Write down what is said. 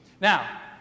Now